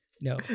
No